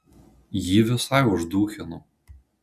jį visai užduchino